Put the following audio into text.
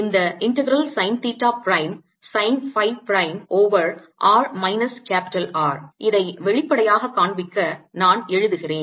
இந்த integral sine theta prime sine phi prime over r minus capital R இதை வெளிப்படையாக காண்பிக்க நான் எழுதுகிறேன்